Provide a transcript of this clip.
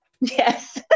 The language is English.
Yes